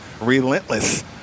relentless